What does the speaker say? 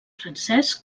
francès